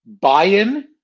buy-in